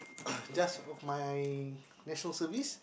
just of my National Service